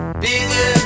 bigger